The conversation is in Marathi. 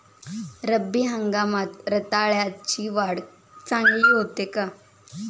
रब्बी हंगामात रताळ्याची वाढ चांगली होते का?